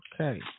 Okay